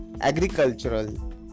agricultural